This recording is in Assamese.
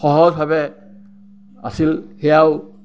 সহজভাৱে আছিল সেয়াও